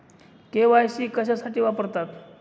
KYC कशासाठी वापरतात?